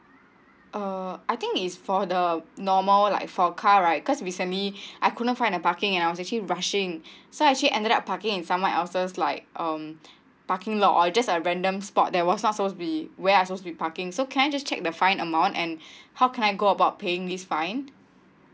uh I think is for the normal like for car right cause recently I couldn't find a parking and I was actually rushing so actually ended up parking in someone else like um parking lot or just a random spot there was not so to be where I suppose to be parking so can I just check the fine amount and how can I go about paying this fine